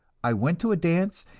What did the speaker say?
i went to a dance,